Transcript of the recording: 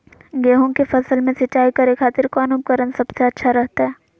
गेहूं के फसल में सिंचाई करे खातिर कौन उपकरण सबसे अच्छा रहतय?